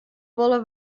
wolle